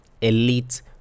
elite